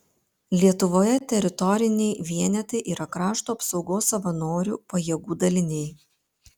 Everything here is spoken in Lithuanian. lietuvoje teritoriniai vienetai yra krašto apsaugos savanorių pajėgų daliniai